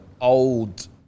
old